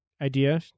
idea